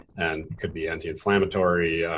and it could be anti-inflammatory.